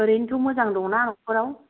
ओरैनोथ' मोजां दंना न'खराव